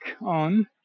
on